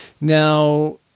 Now